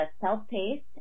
self-paced